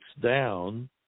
down